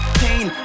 pain